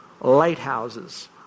lighthouses